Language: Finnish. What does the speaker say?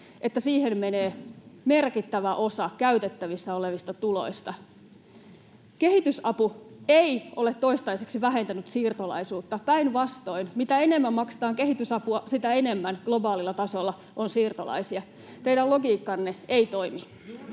että siihen menee merkittävä osa käytettävissä olevista tuloista. Kehitysapu ei ole toistaiseksi vähentänyt siirtolaisuutta, päinvastoin: mitä enemmän maksetaan kehitysapua, sitä enemmän globaalilla tasolla on siirtolaisia. Teidän logiikkanne ei toimi.